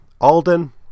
Alden